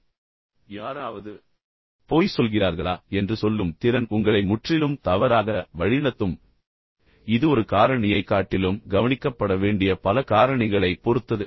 பின்னர் யாராவது பொய் சொல்கிறார்களா என்று சொல்லும் திறன் உங்களை முற்றிலும் தவறாக வழிநடத்தும் இது ஒரு காரணியைக் காட்டிலும் கவனிக்கப்பட வேண்டிய பல காரணிகளைப் பொறுத்தது